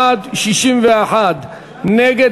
בעד, 61 נגד.